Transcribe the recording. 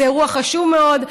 זה אירוע חשוב מאוד,